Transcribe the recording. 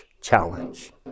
challenge